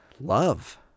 love